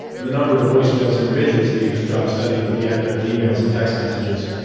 and the number of voicemails individuals leave has dropped steadily with the advent of emails and text messages.